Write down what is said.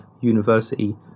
university